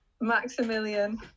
Maximilian